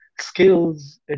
skills